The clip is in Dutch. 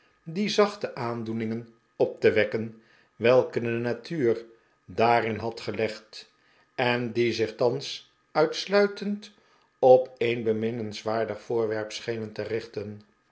die zachte aandoeningen op te wekken welke de natuu'r daarin had gelegd en die zich thans uitsluitend op een beminnenswaardig voorwerp schenen te richten